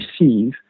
receive